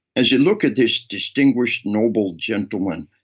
as you look at this distinguished, noble gentleman,